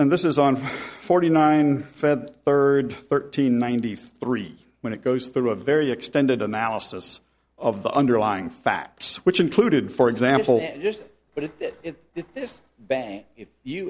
and this is on forty nine third thirteen ninety three when it goes through a very extended analysis of the underlying facts which included for example just what it is this bank if you